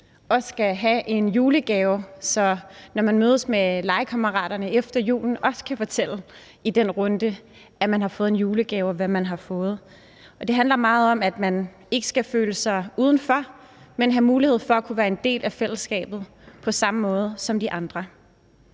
men skal have en julegave, så man, når man mødes med legekammeraterne efter julen, også i den runde kan fortælle, at man har fået en julegave, og hvad man har fået. Det handler meget om, at man ikke skal føle sig udenfor, men have mulighed for at være en del af fællesskabet på samme måde som de andre.